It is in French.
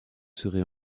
serez